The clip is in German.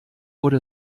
wurde